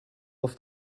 off